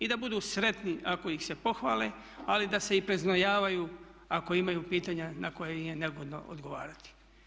I da budu sretni ako ih se pohvali ali da se i preznojavaju ako imaju pitanja na koja im je neugodno odgovarati.